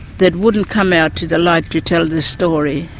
that wouldn't come out to the light to tell the story,